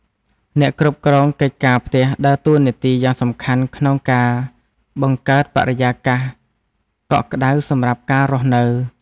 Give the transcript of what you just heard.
អ្នកគ្រប់គ្រងកិច្ចការផ្ទះដើរតួនាទីយ៉ាងសំខាន់ក្នុងការបង្កើតបរិយាកាសកក់ក្តៅសម្រាប់ការរស់នៅ។